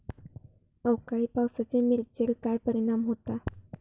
अवकाळी पावसाचे मिरचेर काय परिणाम होता?